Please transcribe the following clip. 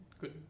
Good